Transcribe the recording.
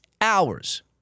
hours